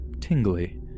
tingly